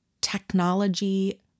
technology